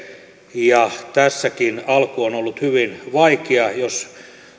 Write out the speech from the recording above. ja tässäkin alku on ollut hyvin vaikea jos